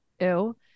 ew